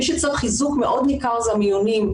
מי שצריך חיזוק מאוד ניכר זה המיונים.